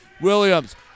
Williams